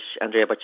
Andrea